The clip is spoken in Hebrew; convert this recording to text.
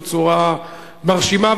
בצורה מרשימה,